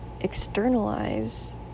externalize